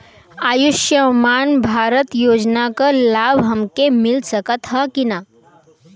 आयुष्मान भारत योजना क लाभ हमके मिल सकत ह कि ना?